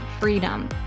freedom